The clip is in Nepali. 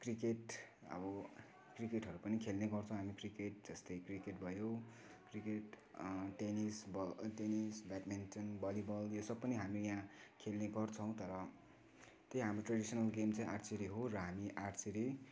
क्रिकेट अब क्रिकेटहरू पनि खेल्ने गर्छौँ हामी क्रिकेट जस्तै क्रिकेट भयो क्रिकेट टेनिस भयो टेनिस ब्याटमिन्टन भलिबल यो सब पनि हामी यहाँ खेल्ने गर्छौँ तर त्यही हाम्रो ट्रेडिसनल गेम चाहिँ आर्चेरी हो र हामी आर्चेरी